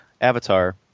avatar